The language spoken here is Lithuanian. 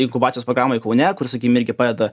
inkubacijos programoj kaune kur sakykim irgi padeda